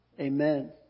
Amen